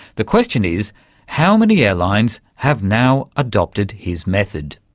the question is how many airlines have now adopted his method?